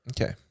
Okay